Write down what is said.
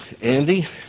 Andy